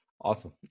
Awesome